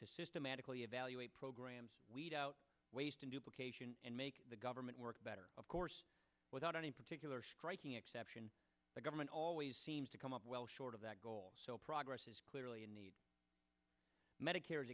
to systematically evaluate programs out ways to duplicate and make the government work better of course without any particular striking exception the government always seems to come up well short of that goal so progress is clearly a need medicare is